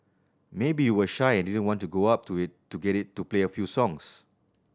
maybe you were shy and didn't want to go up to it to get it to play a few songs